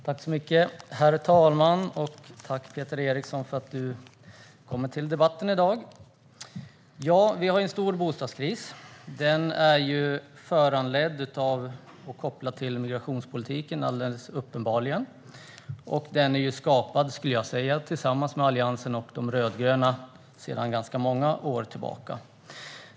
Herr talman! Tack, Peter Eriksson, för att du deltar i debatten i dag! Vi har en stor bostadskris som alldeles uppenbarligen är föranledd av och kopplad till migrationspolitiken. Den är skapad av de rödgröna tillsammans med Alliansen sedan ganska många år tillbaka.